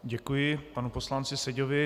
Děkuji panu poslanci Seďovi.